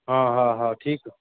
हा हा हा ठीकु